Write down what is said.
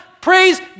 praise